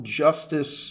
justice